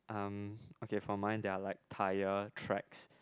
um okay for mine there are like tire tracks